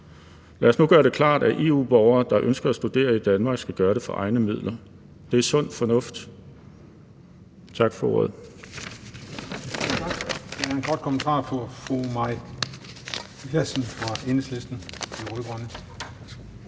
Lad os nu gøre det klart, at EU-borgere, der ønsker at studere i Danmark i, skal gøre det for egne midler. Det er sund fornuft. Tak for ordet.